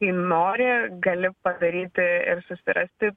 jei nori gali padaryti ir susirasti